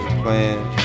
playing